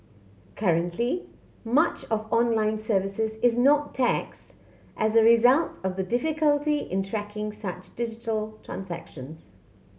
currently much of online services is not taxed as a result of the difficulty in tracking such digital transactions